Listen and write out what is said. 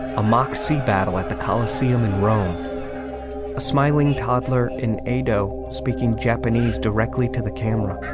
a mock sea battle at the colosseum in rome a smiling toddler in aido. speaking japanese directly to the camera